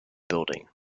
building